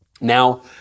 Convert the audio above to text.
Now